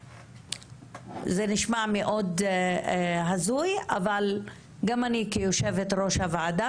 זה נשמע מאוד הזוי אבל גם אני כיושבת-ראש הוועדה,